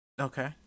Okay